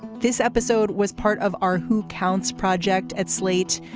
this episode was part of our who counts project at slate.